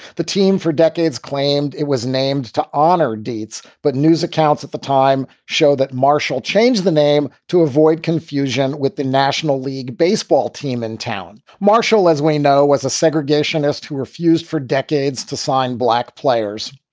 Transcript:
the team for decades claimed it was named to honor dietz, but news accounts at the time show that marshall changed the name to avoid confusion with the national league baseball team and talent. marshal, as we know, was a segregationist who refused for decades to sign black players.